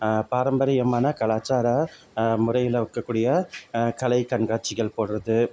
பாரம்பரியமான கலாச்சார முறையில் இருக்கக்கூடிய கலை கண்காட்சிகள் போடுறது